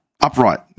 upright